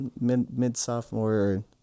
mid-sophomore